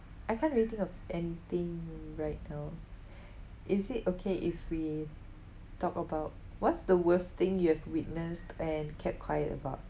I can't really think of anything right now is it okay if we talk about what's the worst thing you have witnessed and kept quiet about